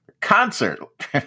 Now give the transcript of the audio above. concert